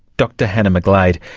dr hannah mcglade.